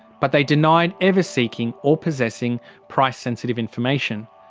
but they denied ever seeking or possessing price-sensitive information.